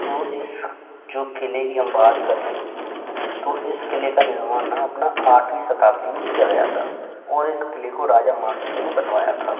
तो इस जो क़िले की हम बात करें तो इस क़िले का निर्माण ना अपना आठवीं शताब्दी में किया गया था और इस क़िले को राजा मान सिंग ने बनवाया था